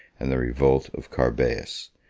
and the revolt of carbeas,